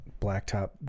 blacktop